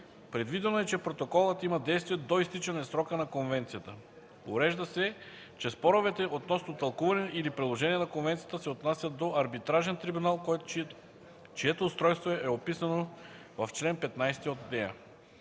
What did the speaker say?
Предвидено е, че Протоколът има действие до изтичане срока на Конвенцията. Урежда се, че споровете относно тълкуване или приложение на Конвенцията се отнасят до Арбитражен трибунал, чието устройство е описано в чл. 15 от нея.